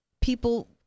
people